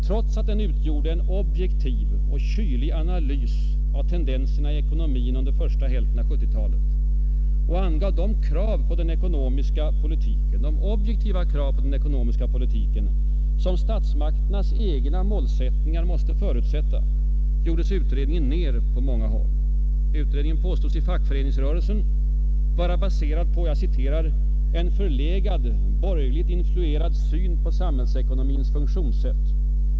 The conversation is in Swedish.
Trots att den utgjorde en objektiv och kylig analys av tendenserna i ekonomin under första hälften av 1970-talet och angav de objektiva krav på den ekonomiska politiken som statsmakternas egna målsättningar måste förutsätta, gjordes utredningen ner på många håll. Utredningen påstods i Fackföreningsrörelsen vara baserad på ”en förlegad borgerligt influerad syn på samhällsekonomins funktionssätt.